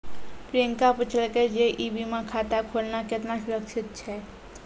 प्रियंका पुछलकै जे ई बीमा खाता खोलना केतना सुरक्षित छै?